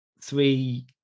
three